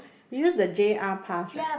you use the J_R pass right